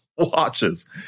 watches